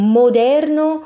moderno